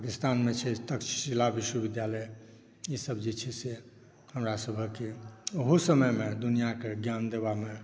पाकिस्तानमे छै तक्षशिला विश्वविद्यालय ई सभ जे छै से हमरा सभक ओहु समयमे दुनिआकेँ ज्ञान देबऽ